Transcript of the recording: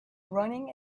running